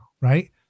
right